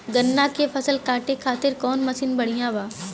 गन्ना के फसल कांटे खाती कवन मसीन बढ़ियां बा?